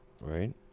right